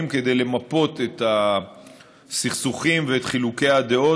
כדי למפות את הסכסוכים ואת חילוקי הדעות.